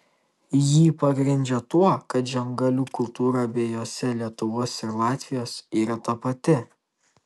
jį pagrindžia tuo kad žemgalių kultūra abiejose lietuvos ir latvijos yra tapati